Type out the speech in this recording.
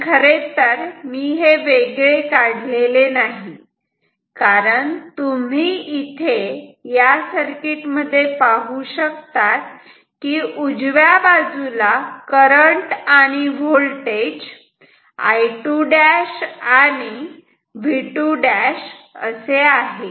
पण खरे तर मी हे वेगळे काढलेले नाही कारण तुम्ही इथे या सर्किटमध्ये पाहू शकतात की उजव्या बाजूला करंट आणि व्होल्टेज I2' आणि V2' आहे